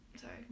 Sorry